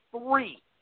three